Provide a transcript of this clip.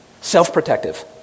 self-protective